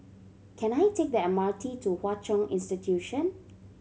can I take the M R T to Hwa Chong Institution